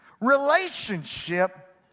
Relationship